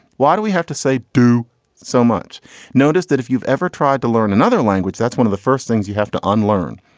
why do we have to say do so much notice that if you've ever tried to learn another language, that's one of the first things you have to unlearn.